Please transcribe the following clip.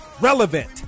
relevant